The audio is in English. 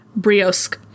Briosk